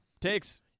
takes